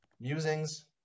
Musings